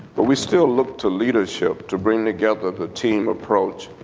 but we still look to leadership to bring together the team approach,